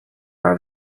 are